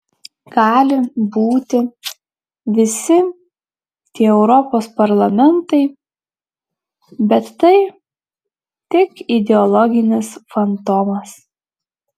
gali būti visi tie europos parlamentai bet tai tik ideologinis fantomas